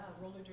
roller